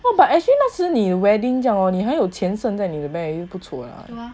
!wah! but actually 那是你有 wedding 这样你还有钱剩 meh 在你的 bank 不错 liao